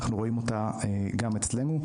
אנחנו רואים אותה גם אצלנו,